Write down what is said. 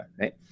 right